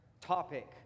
Topic